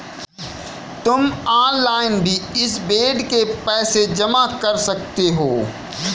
तुम ऑनलाइन भी इस बेड के पैसे जमा कर सकते हो